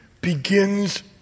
begins